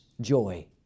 joy